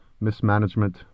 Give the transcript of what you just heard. mismanagement